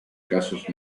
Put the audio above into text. casos